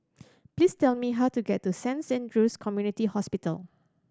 please tell me how to get to Saint Andrew's Community Hospital